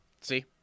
See